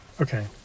Okay